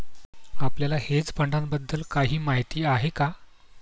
आपल्याला हेज फंडांबद्दल काही माहित आहे का?